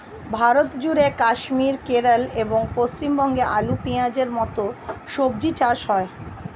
ভারতজুড়ে কাশ্মীর, কেরল এবং পশ্চিমবঙ্গে আলু, পেঁয়াজের মতো সবজি চাষ হয়